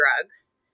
drugs